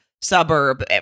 suburb